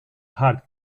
hart